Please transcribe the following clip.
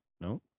No